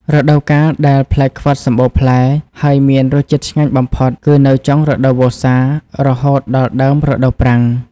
រដូវកាលដែលផ្លែខ្វិតសម្បូរផ្លែ ហើយមានរសជាតិឆ្ងាញ់បំផុត គឺនៅចុងរដូវវស្សា រហូតដល់ដើមរដូវប្រាំង។